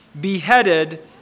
beheaded